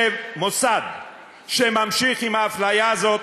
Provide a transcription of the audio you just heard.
שמוסד שממשיך עם האפליה הזאת,